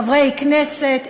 חברי כנסת,